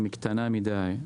אם היא קטנה מדיי,